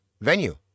venue